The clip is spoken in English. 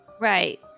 Right